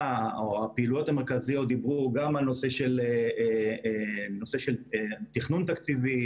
הפעילויות המרכזיות דיברו גם על נושא של תכנון תקציבי,